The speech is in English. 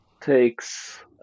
takes